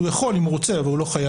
הוא יכול אם הוא רוצה, אבל הוא לא חייב.